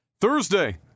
Thursday